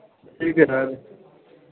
ठीक है सर